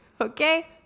okay